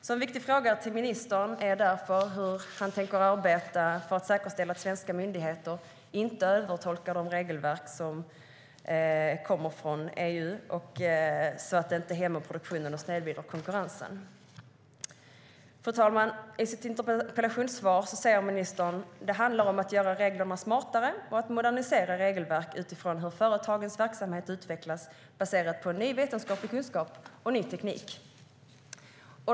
En viktig fråga till ministern är därför hur han tänker arbeta för att säkerställa att svenska myndigheter inte övertolkar de regelverk som kommer från EU så att produktionen hämmas och konkurrensen snedvrids. Fru talman! I sitt interpellationssvar säger ministern att det handlar om att göra reglerna smartare och att modernisera regelverk utifrån hur företagens verksamhet utvecklas baserat på ny vetenskaplig kunskap och ny teknik.